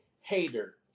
hater